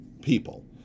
People